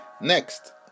Next